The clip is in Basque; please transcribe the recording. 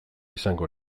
izango